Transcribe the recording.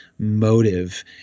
Motive